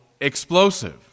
explosive